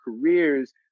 careers